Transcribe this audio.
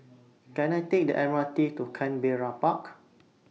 Can I Take The M R T to Canberra Park